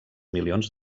milions